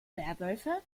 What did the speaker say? werwölfe